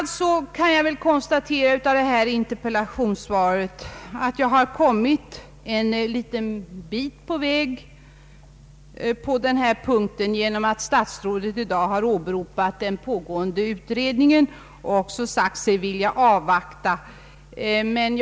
Jag kan alltså av interpellationssvaret konstatera att jag kommit en liten bit på väg i vad avser min första fråga i interpellationen genom att statsrådet i dag har åberopat den pågående utredningen och också sagt sig vilja avvakta dess resultat.